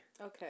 Okay